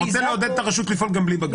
רוצה לעודד את הרשות לפעול גם בלי בג"ץ.